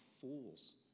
fools